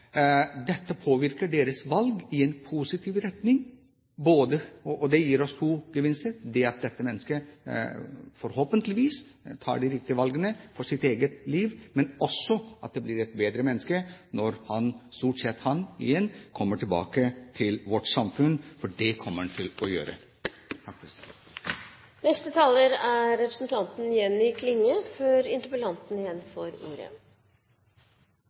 påvirker deres valg i en positiv retning, og det gir oss to gevinster: at dette mennesket forhåpentligvis tar de riktige valgene for sitt eget liv, og at det blir et bedre menneske når han, altså stort sett han, kommer tilbake til vårt samfunn – for det kommer han til å gjøre. Interpellanten tek opp eit svært viktig tema. Det å sitje i fengsel er